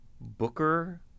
Booker